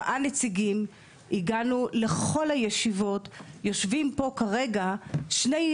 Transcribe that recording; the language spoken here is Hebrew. שהנציגים של משרד החקלאות לא נמצאים בוועדות השונות,